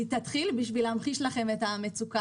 היא תתחיל בשביל להמחיש לכם את המצוקה.